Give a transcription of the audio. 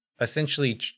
essentially